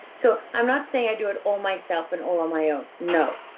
so i'm not saying i do it all myself, and all on my own, no,